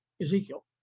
Ezekiel